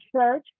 church